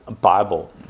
bible